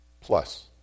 plus